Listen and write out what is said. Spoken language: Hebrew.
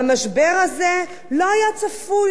והמשבר הזה לא היה צפוי,